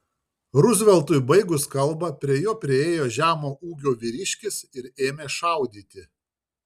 ruzveltui baigus kalbą prie jo priėjo žemo ūgio vyriškis ir ėmė šaudyti